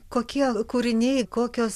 kokie kūriniai kokios